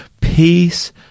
Peace